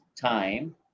time